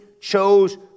chose